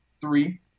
three